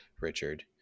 Richard